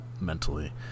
mentally